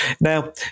Now